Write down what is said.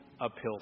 uphill